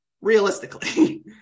realistically